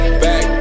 back